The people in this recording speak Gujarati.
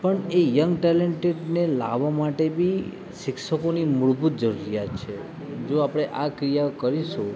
પણ એ યંગ ટેલેન્ટેડને લાવવા માટે બી શિક્ષકોની મૂળભૂત જરૂરિયાત છે જો આપણે આ ક્રિયાઓ કરીશું